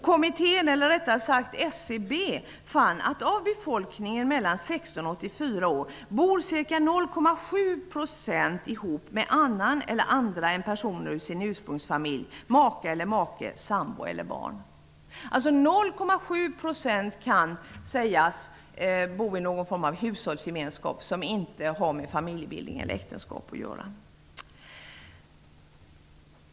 Kommittén -- eller rättare sagt SCB -- fann att ca 0,7 % av befolkningen mellan 16 och 84 år bor ihop med annan eller andra än personer ur sin ursprungsfamilj, maka eller make, sambo eller barn. Det är alltså 0,7 % som kan sägas bo i någon form av hushållsgemenskap som inte har med familjebildning eller äktenskap att göra.